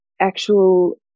actual